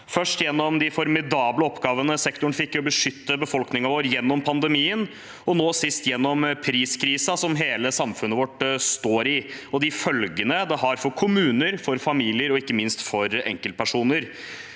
først gjennom de formidable oppgavene sektoren fikk med å beskytte befolkningen vår gjennom pandemien, og nå sist gjennom priskrisen som hele samfunnet vårt står i, og de følgene det har for kommuner, for familier og ikke minst for enkeltpersoner.